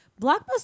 blockbuster